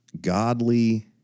Godly